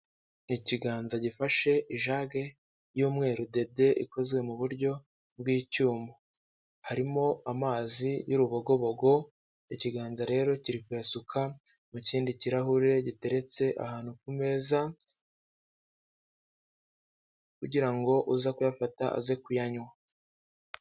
Ikiganza gifashe ijage y'umweru dede ikozwe mu buryo bw'icyuma, harimo amazi y'urubogobogo, ikiganza rero kiri kuyasuka mu kindi kirahure giteretse ahantu ku meza kugira ngo uza kuyafata aze kuyanywa.